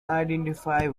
identify